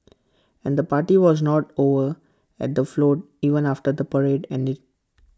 and the party was not over at the float even after the parade ended